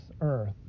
earth